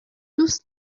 دوست